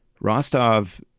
Rostov